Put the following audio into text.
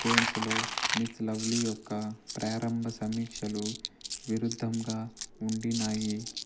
కేన్స్లో Miss Lovely యొక్క ప్రారంభ సమీక్షలు విరుద్ధంగా ఉండినాయి